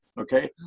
Okay